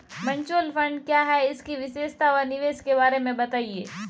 Mutual fund क्या है इसकी विशेषता व निवेश के बारे में बताइये?